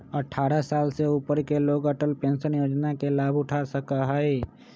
अट्ठारह साल से ऊपर के लोग अटल पेंशन योजना के लाभ उठा सका हई